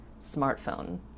smartphone